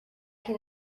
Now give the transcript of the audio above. can